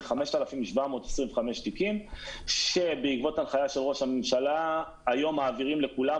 זה 5,725 תיקים שבעקבות הנחיה של ראש הממשלה היום מעבירים לכולם,